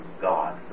God